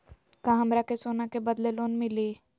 का हमरा के सोना के बदले लोन मिलि?